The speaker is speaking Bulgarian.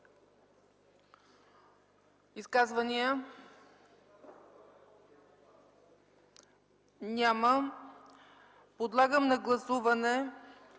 Изказвания? Няма. Подлагам на гласуване